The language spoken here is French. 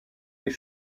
est